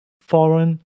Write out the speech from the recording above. foreign